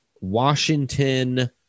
Washington